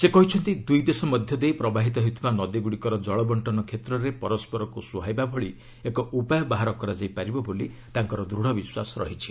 ସେ କହିଛନ୍ତି ଦୂଇ ଦେଶ ମଧ୍ୟ ଦେଇ ପ୍ରବାହିତ ହେଉଥିବା ନଦୀଗୁଡ଼ିକର ଜଳ ବଣ୍ଟନ କ୍ଷେତ୍ରରେ ପରସ୍କରକୁ ସୁହାଇବା ଭଳି ଏକ ଉପାୟ ବାହାର କରାଯାଇ ପାରିବ ବୋଲି ତାଙ୍କର ଦୃଢ଼ ବିଶ୍ୱାସ ରହିଛି